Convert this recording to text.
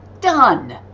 done